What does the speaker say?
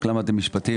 רק למדתי משפטים.